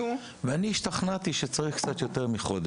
ואני השתכנעתי שצריך קצת יותר מחודש.